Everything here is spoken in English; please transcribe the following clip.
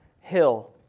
hill